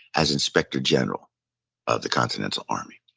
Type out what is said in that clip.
as inspector general of the continental army.